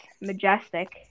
Majestic